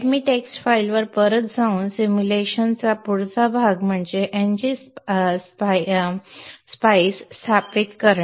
txt फाईलवर परत जाऊन सिम्युलेशन चा पुढचा भाग म्हणजे ngSpice स्थापित करणे